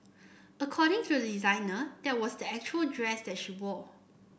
according to the designer that was the actual dress that she wore